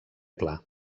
pla